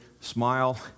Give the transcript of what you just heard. smile